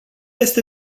este